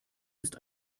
ist